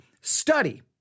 study